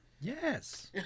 Yes